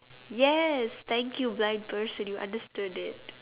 yes thank you blind person you understood it